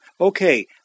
Okay